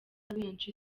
benshi